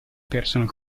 personal